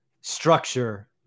structure